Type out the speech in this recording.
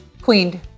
Queened